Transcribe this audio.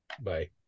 Bye